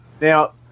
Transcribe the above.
now